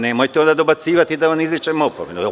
Nemojte onda dobacivati, pa da vam izričem opomenu.